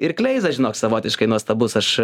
ir kleiza žinok savotiškai nuostabus aš